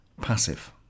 passive